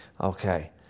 Okay